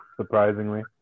surprisingly